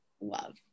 love